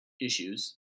issues